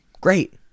great